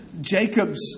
Jacob's